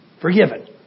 forgiven